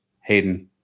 Hayden